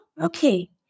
okay